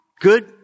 Good